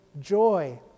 joy